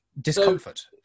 discomfort